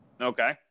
Okay